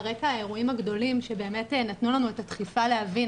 רקע האירועים הגדולים שבאמת נתנו לנו את הדחיפה להבין,